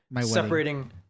separating